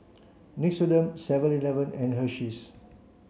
Nixoderm seven eleven and Hersheys